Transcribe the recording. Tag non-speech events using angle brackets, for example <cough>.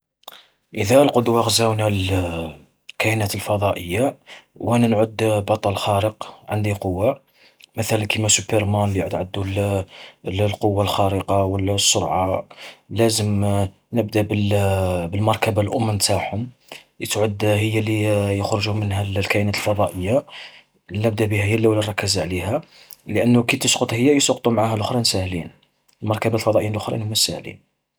إذا القدوة غزاونا <hesitation> الكائنات الفضائية، وانا نعود <hesitation> بطل خارق، عندي قوة. مثلا كيما سوبرمان اللي يعود عدو <hesitation> القوة الخارقة، والسرعة. لازم <hesitation> نبدا <hesitation> بالمركبة الأم نتاعهم، اللي تعود هي اللي <hesitation> يخرجو منها الكائنة الفضائية، نبدأ بيها هي اللولة نركز عليها، لأنو كي تسقط هي، يسقطو معها لوخرين سهلين المركبة الفضائيين الأخرين هم الساهلين.